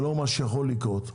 ולאור מה שיכול לקרות,